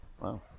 wow